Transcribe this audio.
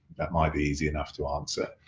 that might be easy enough to answer.